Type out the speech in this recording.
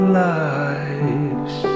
lives